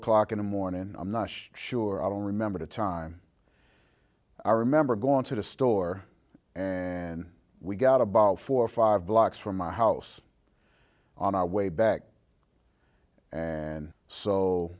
o'clock in the mornin i'm not sure i don't remember the time i remember going to the store and we got about four or five blocks from my house on our way back and so